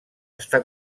està